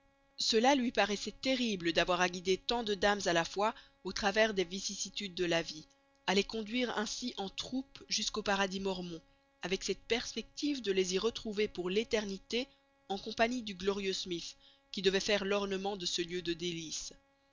cela lui paraissait terrible d'avoir à guider tant de dames à la fois au travers des vicissitudes de la vie à les conduire ainsi en troupe jusqu'au paradis mormon avec cette perspective de les y retrouver pour l'éternité en compagnie du glorieux smyth qui devait faire l'ornement de ce lieu de délices